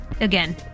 Again